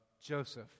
Joseph